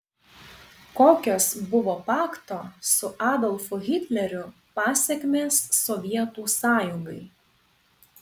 kokios buvo pakto su adolfu hitleriu pasekmės sovietų sąjungai